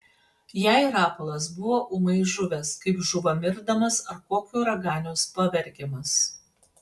jai rapolas buvo ūmai žuvęs kaip žūva mirdamas ar kokio raganiaus pavergiamas